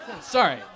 Sorry